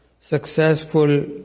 successful